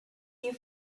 you